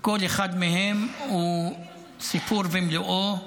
כל אחד מהם הוא עולם ומלואו,